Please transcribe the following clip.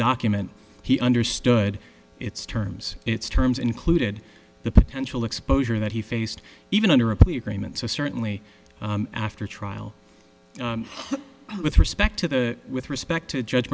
document he understood its terms its terms included the potential exposure that he faced even under a plea agreement so certainly after trial with respect to the with respect to judge